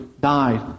died